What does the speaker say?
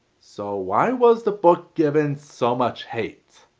so why was the book given so much hate?